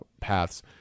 paths